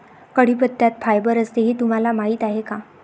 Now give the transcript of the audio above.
कढीपत्त्यात फायबर असते हे तुम्हाला माहीत आहे का?